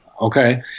okay